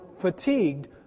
fatigued